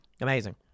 Amazing